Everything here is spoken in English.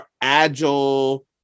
agile